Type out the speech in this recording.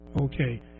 Okay